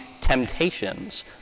temptations